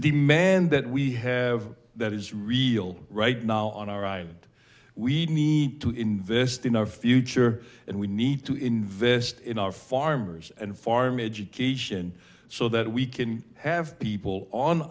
demand that we have that is real right now on our side we need to invest in our future and we need to invest in our farmers and farm idjit cation so that we can have people on